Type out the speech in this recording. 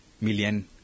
million